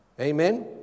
Amen